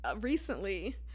recently